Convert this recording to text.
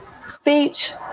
speech